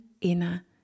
inner